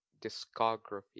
discography